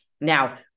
Now